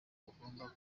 ugomba